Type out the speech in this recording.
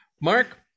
Mark